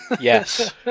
Yes